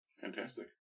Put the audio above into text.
Fantastic